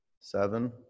Seven